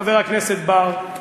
חבר הכנסת בר,